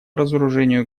разоружению